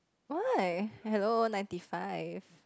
why hello ninety five